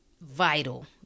Vital